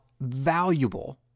valuable